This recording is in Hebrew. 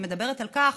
שמדברת על כך